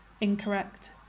incorrect